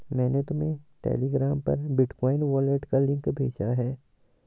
मैंने तुम्हें टेलीग्राम पर बिटकॉइन वॉलेट का लिंक भेजा है